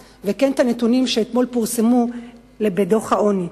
לסטטיסטיקה וכן את הנתונים שאתמול פורסמו בדוח העוני.